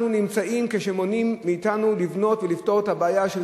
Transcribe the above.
נמצאים כשמונעים מאתנו לבנות ולפתור את הבעיה של